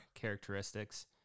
characteristics